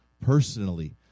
personally